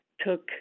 took –